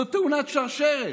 זו תאונת שרשרת.